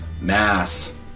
Mass